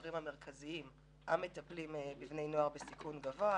המבוקרים המרכזיים המטפלים בבני נוער בסיכון גבוה.